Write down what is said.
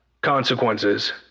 Consequences